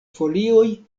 folioj